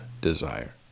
desire